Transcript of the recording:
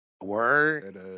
Word